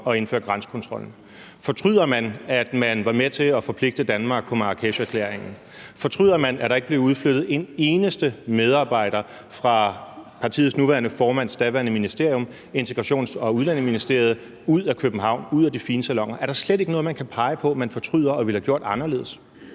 at indføre grænsekontrollen? Fortryder man, at man var med til at forpligte Danmark på Marrakesherklæringen? Fortryder man, at der ikke blev udflyttet en eneste medarbejder fra partiets nuværende formands daværende ministerium, Udlændinge- og Integrationsministeriet, ud af København og ud af de fine saloner? Er der slet ikke noget, man kan pege på, som man fortryder og ville have gjort anderledes?